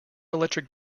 electric